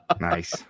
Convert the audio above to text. Nice